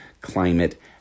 Climate